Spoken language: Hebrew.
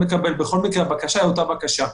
(ב)על אף הוראות פסקת משנה